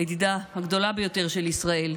הידידה הגדולה ביותר של ישראל,